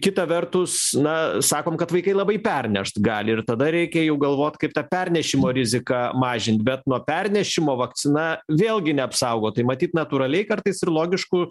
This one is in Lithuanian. kita vertus na sakom kad vaikai labai pernešt gali ir tada reikia jau galvot kaip tą pernešimo riziką mažint bet nuo pernešimo vakcina vėlgi neapsaugo tai matyt natūraliai kartais ir logiškų